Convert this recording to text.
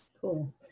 Cool